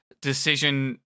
decision